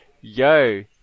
yo